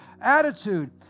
attitude